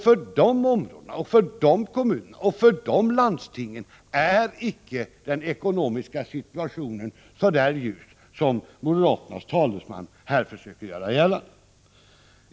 För dessa områden, kommuner och landsting är icke den ekonomiska situationen så ljus som moderaternas talesman här försökte göra gällande.